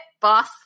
boss